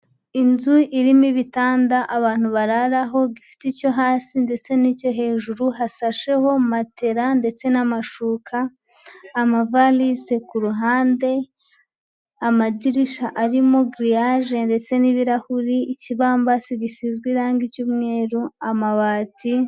Inzu irimo ibitanda abantu bararaho, gifite icyo hasi ndetse n'icyo hejuru, hashasheho matela ndetse n'amashuka, amavalisi ku ruhande, amadirisha arimo giriyae ndetse n'ibirahuri, ikibambasi gisizwe irangi cy'umweru amabati.